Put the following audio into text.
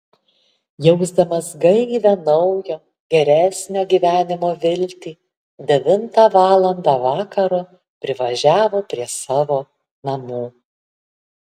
jausdamas gaivią naujo geresnio gyvenimo viltį devintą valandą vakaro privažiavo prie savo namų